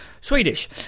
swedish